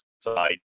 tonight